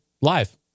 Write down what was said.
live